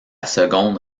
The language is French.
seconde